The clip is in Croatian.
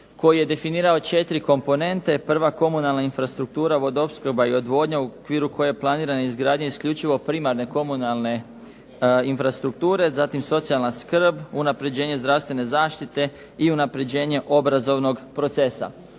koji je definirao 4 komponente. Prva komunalna infrastruktura, vodoopskrba i odvodnja u vidu koje je planirano izgradnja isključivo primarne komunalne infrastrukture, zatim socijalna skrb, unapređenje zdravstvene zaštiti i unapređenje obrazovnog procesa.